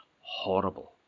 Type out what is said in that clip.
horrible